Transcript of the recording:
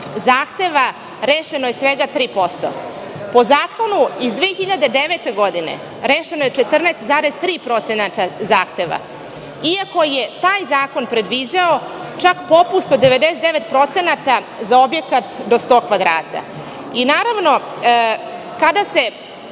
zahteva rešeno je svega 3%. Po zakonu iz 2009. godine rešeno je 14,3% zahteva, iako je taj zakon predviđao čak popust od 99% za objekat do 100 kvadrata. Naravno, kada se